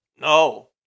No